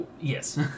Yes